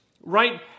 right